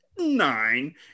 nine